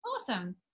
Awesome